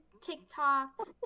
TikTok